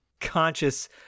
conscious